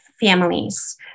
families